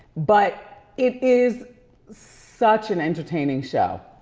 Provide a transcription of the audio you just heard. but it is such an entertaining show.